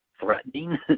threatening